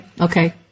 okay